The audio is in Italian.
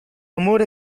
amore